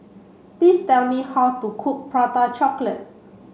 please tell me how to cook prata chocolate